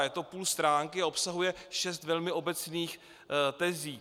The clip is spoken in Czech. Je to půl stránky a obsahuje šest velmi obecných tezí.